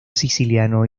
siciliano